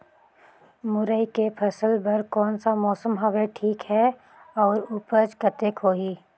मुरई के फसल बर कोन सा मौसम हवे ठीक हे अउर ऊपज कतेक होही?